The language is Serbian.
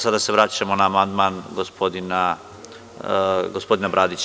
Sada se vraćamo na amandman gospodina Bradića.